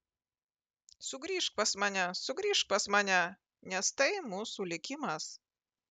sugrįžk pas mane sugrįžk pas mane nes tai mūsų likimas